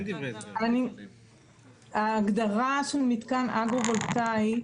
ההגדרה של מתקן אגרו-וולטאי,